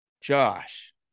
Josh